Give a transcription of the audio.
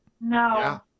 No